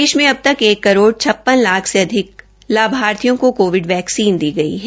देश में अबतक एक करोड़ छप्पन लाख से अधिक लाभार्थियों को कोविड वैक्सीन दी गई है